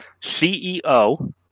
CEO